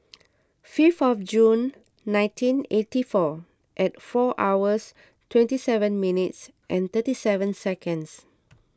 fifth of June nineteen eighty four and four hours twenty seven minutes and thirty seven seconds